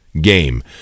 game